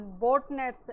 botnets